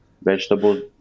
vegetables